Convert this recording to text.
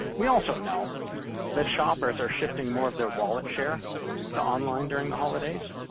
we also know that shoppers are shifting more of their wallet share to online during the holidays.